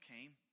came